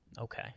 okay